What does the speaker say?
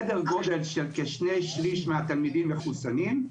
סדר גודל של כשני שליש מהתלמידים מחוסנים.